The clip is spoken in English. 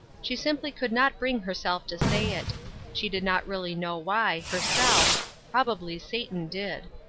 she simply could not bring herself to say it she did not really know why, herself probably satan did.